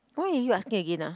why are you asking again ah